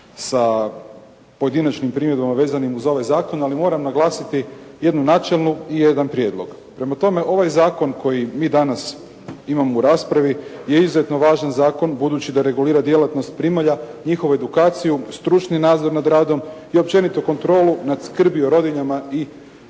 sa pojedinačnim primjedbama vezanim uz ovaj zakon, ali moram naglasiti jednu načelnu i jedan prijedlog. Prema tome ovaj zakon koji mi danas imamo u raspravi je izuzetno važan zakon budući da regulira djelatnost primalja, njihovu edukaciju, stručni nadzor nad radom i općenito kontrolu nad skrbi o rodiljama i tek